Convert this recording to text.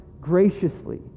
graciously